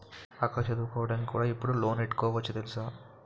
అక్కా చదువుకోడానికి కూడా ఇప్పుడు లోనెట్టుకోవచ్చు తెలుసా?